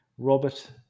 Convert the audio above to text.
Robert